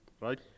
right